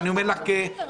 אני מבין את זה,